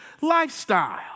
lifestyle